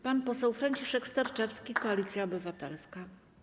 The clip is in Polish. Pan poseł Franciszek Sterczewski, Koalicja Obywatelska.